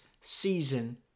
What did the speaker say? season